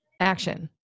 Action